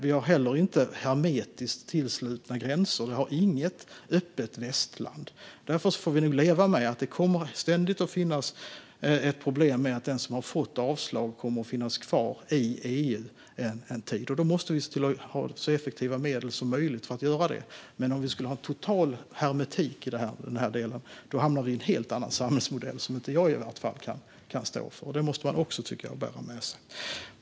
Vi har heller inte hermetiskt tillslutna gränser. Det har inget öppet västland, och därför får vi nog leva med att det ständigt kommer att finnas ett problem med att den som har fått avslag finns kvar i EU en tid. Därför måste vi se till att ha så effektiva medel som möjligt. Hermetiskt tillslutna gränser skulle innebära en helt annan samhällsmodell, och en sådan kan i alla fall inte jag stå för. Det måste man också bära med sig.